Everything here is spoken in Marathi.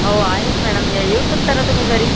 हो आहेत मॅडम या येऊ शकता ना तुम्ही घरी